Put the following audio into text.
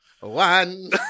One